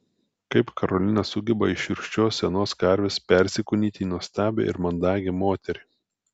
kaip karolina sugeba iš šiurkščios senos karvės persikūnyti į nuostabią ir mandagią moterį